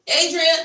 Adrian